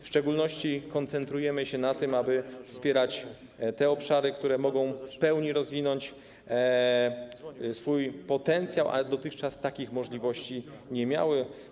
W szczególności koncentrujemy się na tym, aby wspierać obszary, które mogą w pełni rozwinąć swój potencjał, ale dotychczas takich możliwości nie miały.